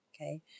Okay